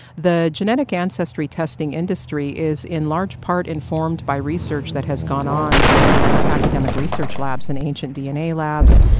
the genetic ancestry testing industry is in large part informed by research that has gone on in academic research labs and ancient dna labs,